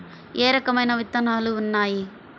ఏ రకమైన విత్తనాలు ఉన్నాయి?